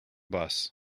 bus